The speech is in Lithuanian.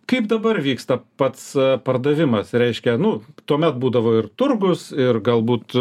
kaip dabar vyksta pats pardavimas reiškia nu tuomet būdavo ir turgus ir galbūt